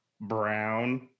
Brown